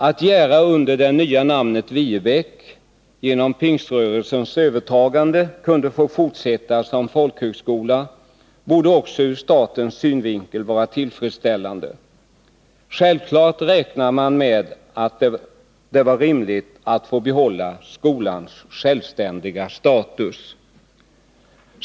Att Jära under det nya namnet Viebäck genom Pingströrelsens övertagande kunde fortsätta som folkhögskola borde också ur statens synvinkel vara tillfredsställande. Självfallet räknade man med att det var rimligt att få behålla skolans självständiga status.